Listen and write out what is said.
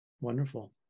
wonderful